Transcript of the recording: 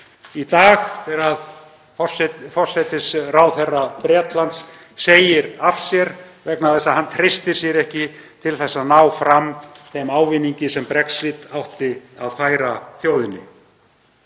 í dag þegar forsætisráðherra Bretlands segir af sér vegna þess að hann treystir sér ekki til að ná fram þeim ávinningi sem Brexit átti að færa þjóðinni.